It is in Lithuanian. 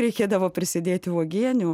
reikėdavo prisidėti uogienių